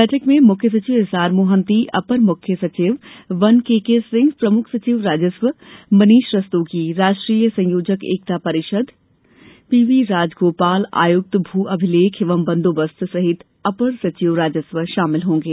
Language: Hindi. बैठक में मुख्य सचिव एस आर मोहंती अपर मुख्य सचिव वन केके सिंह प्रमुख सचिव राजस्व मनीष रस्तोगी राष्ट्रीय संयोजक एकता परिषद पीव्ही राजगोपाल आयुक्त भू अभिलेख एवं बन्दोबस्त सहित अपर सचिव राजस्व शामिल होंगे